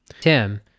Tim